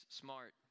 smart